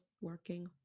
working